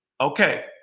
Okay